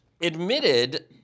admitted